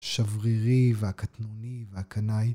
שברירי והקטנוני והקנאי.